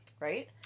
Right